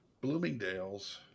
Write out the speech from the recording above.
Bloomingdale's